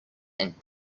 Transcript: and